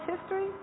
history